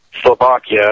Slovakia